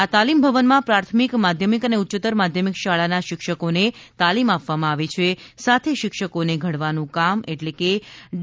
આ તાલીમ ભવનમાં પ્રાથમિક માધ્યમિક અને ઉચ્ચતર માધ્યમિક શાળાના શિક્ષકોને તાલીમ આપવામાં આવે છે સાથે શિક્ષકોને ઘડવાનું કામ એટલે કે ડી